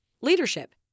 Leadership